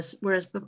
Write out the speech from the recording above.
whereas